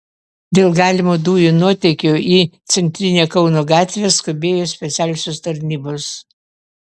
dėl galimo dujų nuotėkio į centrinę kauno gatvę skubėjo specialiosios tarnybos